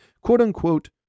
quote-unquote